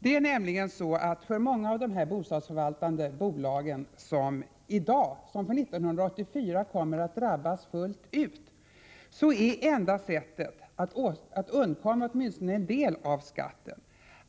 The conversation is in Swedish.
Det är nämligen så för många av de bostadsförvaltande bolag som för 1984 kommer att drabbas fullt ut, att enda sättet att undkomma åtminstone en del av skatten